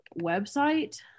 website